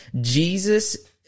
Jesus